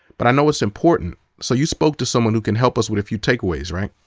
but i know it's important. so you spoke to someone who can help us with a few takeaways, right?